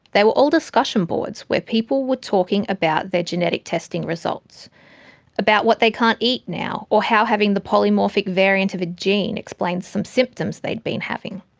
they were all discussion boards, where people were talking about their genetic testing results about what they can't eat now, or how having the polymorphic variant of a gene explained some symptoms they'd been having.